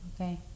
Okay